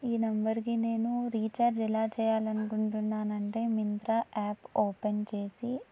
ఈ నంబర్కి నేను రీఛార్జ్ ఎలా చేయాలి అనుకుంటున్నాను అంటే మింత్రా యాప్ ఓపెన్ చేసి